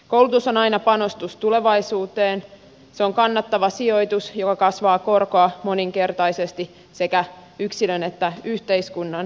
koulutus on aina panostus tulevaisuuteen se on kannattava sijoitus joka kasvaa korkoa moninkertaisesti sekä yksilön että yhteiskunnan hyväksi